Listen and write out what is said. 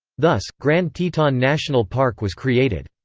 thus, grand teton national park was created.